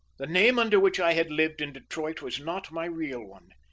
the name under which i had lived in detroit was not my real one.